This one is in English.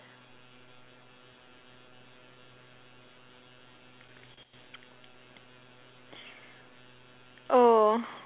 oh